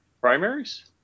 Primaries